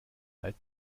alt